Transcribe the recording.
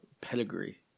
Pedigree